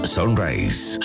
Sunrise